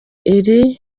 iri